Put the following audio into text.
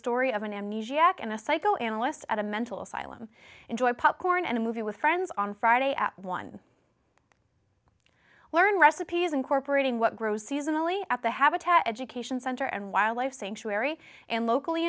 story of an amnesiac and a psycho analyst at a mental asylum enjoy popcorn and a movie with friends on friday at one learning recipes incorporating what grows seasonally at the habitat education center and wildlife sanctuary and locally